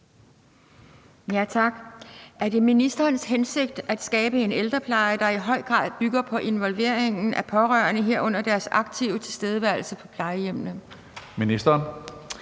(DF) Er det ministerens hensigt at skabe en ældrepleje, der i høj grad bygger på involveringen af pårørende, herunder deres aktive tilstedeværelse på plejehjemmene? (Spm. nr.